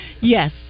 Yes